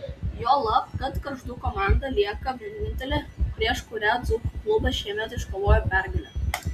juolab kad gargždų komanda lieka vienintelė prieš kurią dzūkų klubas šiemet iškovojo pergalę